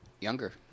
Younger